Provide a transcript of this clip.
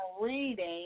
reading